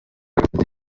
agaseke